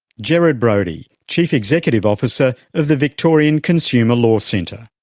gerard brody, chief executive officer of the victorian consumer law centre.